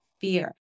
fear